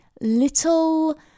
little